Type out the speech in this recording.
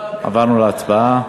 עברנו להצבעה.